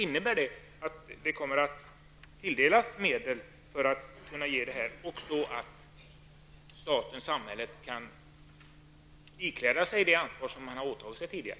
Innebär det att medel kommer att ges till detta så att staten, samhället, kan ikläda sig det ansvar som man har åtagit sig tidigare?